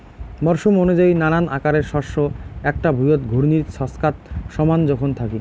মরসুম অনুযায়ী নানান আকারের শস্য এ্যাকটা ভুঁইয়ত ঘূর্ণির ছচকাত সমান জোখন থাকি